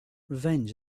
revenge